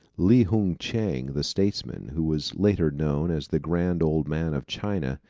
li hung chang, the statesman, who was later known as the grand old man of china,